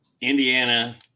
Indiana